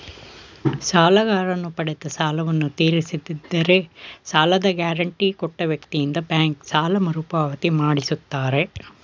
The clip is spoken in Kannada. ಸಾಲಗಾರನು ಪಡೆದ ಸಾಲವನ್ನು ತೀರಿಸದಿದ್ದರೆ ಸಾಲದ ಗ್ಯಾರಂಟಿ ಕೊಟ್ಟ ವ್ಯಕ್ತಿಯಿಂದ ಬ್ಯಾಂಕ್ ಸಾಲ ಮರುಪಾವತಿ ಮಾಡಿಸುತ್ತಾರೆ